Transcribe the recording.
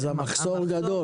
אז המחסור גדול.